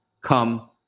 Come